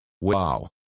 Wow